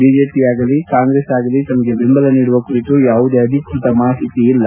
ಬಿಜೆಪಿಯಾಗಲಿ ಕಾಂಗ್ರೆಸ್ ಆಗಲಿ ತಮಗೆ ಬೆಂಬಲ ನೀಡುವ ಕುರಿತು ಯಾವುದೇ ಅಧಿಕೃತ ಮಾಹಿತಿ ಇಲ್ಲ